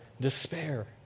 despair